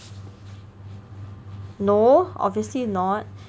no obviously not